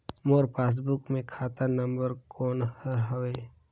मोर passbook मे खाता number कोन हर हवे?